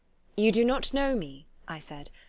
you do not know me, i said.